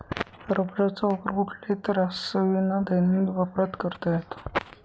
रबराचा वापर कुठल्याही त्राससाविना दैनंदिन वापरात करता येतो